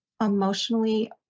emotionally